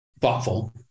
thoughtful